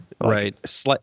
Right